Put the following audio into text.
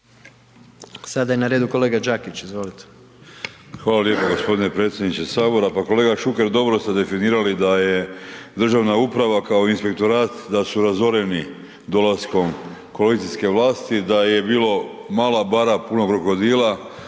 Sada je na redu kolega Đakić, izvolite. **Đakić, Josip (HDZ)** Hvala lijepo g. predsjedniče Sabora. Pa kolega Šuker, dobro ste definirali da je državna uprav kao inspektorat, da su razoreni dolaskom koalicijske vlasti, da je bilo mala bara puna krokodila,